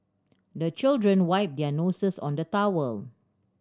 the children wipe their noses on the towel